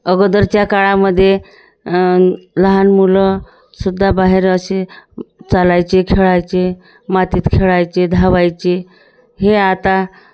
अगोदरच्या काळामध्ये लहान मुलंसुद्धा बाहेर असे चालायचे खेळायचे मातीत खेळायचे धावायचे हे आता